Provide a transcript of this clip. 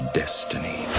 destiny